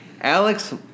Alex